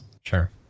Sure